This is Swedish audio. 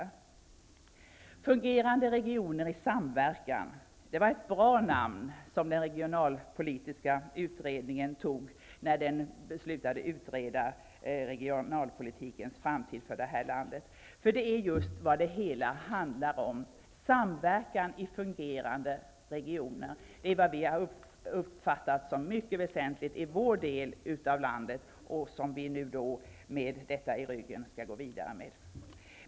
''Fungerande regioner i samverkan'' -- det var ett bra namn som den regionalpolitiska utredningen tog när den beslutade att utreda regionalpolitikens framtid för detta land. Det är just vad det hela handlar om: samverkan i fungerande regioner. Det är vad vi har uppfattat som mycket väsentligt i vår del av landet och som vi nu, med detta i ryggen, skall gå vidare med.